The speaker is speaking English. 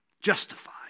Justified